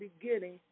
beginning